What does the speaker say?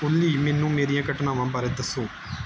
ਓਲੀ ਮੈਨੂੰ ਮੇਰੀਆਂ ਘਟਨਾਵਾਂ ਬਾਰੇ ਦੱਸੋ